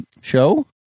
show